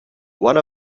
one